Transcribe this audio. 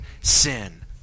sin